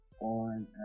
on